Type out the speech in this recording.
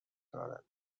دارد